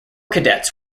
cadets